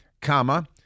comma